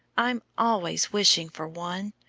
i'm always wishing for one.